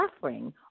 suffering